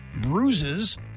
bruises